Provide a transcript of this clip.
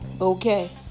okay